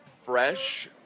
Fresh